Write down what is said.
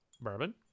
bourbon